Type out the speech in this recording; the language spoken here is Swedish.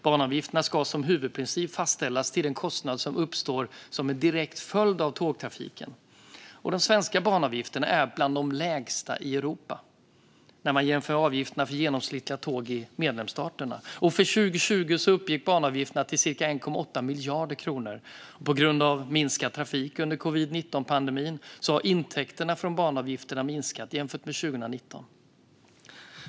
Banavgifterna ska som huvudprincip fastställas till den kostnad som uppstår som en direkt följd av tågtrafiken. De svenska banavgifterna är bland de lägsta i Europa, ser man när man jämför avgifterna för genomsnittliga tåg i medlemsstaterna. För 2020 uppgick banavgifterna till cirka 1,8 miljarder kronor. På grund av minskad trafik under covid-19-pandemin har intäkterna från banavgifterna minskat jämfört med 2019.